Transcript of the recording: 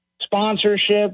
sponsorship